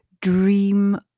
dream